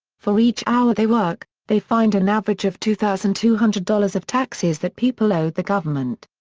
for each hour they work, they find an average of two thousand two hundred dollars of taxes that people owe the government.